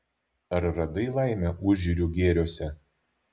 ar radai laimę užjūrių gėriuose